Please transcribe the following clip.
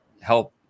help